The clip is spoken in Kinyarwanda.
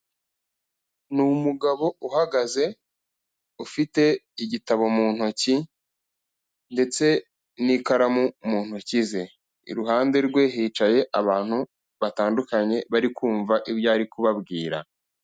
Ni umugabo uhagaze ufite igitabo mu ntoki ndetse n'ikaramu mu ntoki ze, iruhande rwe hicaye abantu batandukanye bari kumva ibyo ari kubabwira.